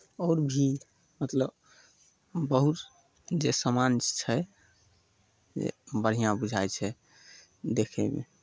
आओर भी मतलब बहुत जे सामान छै जे बढ़िआँ बुझाइ छै देखयमे